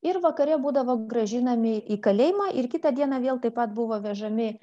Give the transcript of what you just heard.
ir vakare būdavo grąžinami į kalėjimą ir kitą dieną vėl taip pat buvo vežami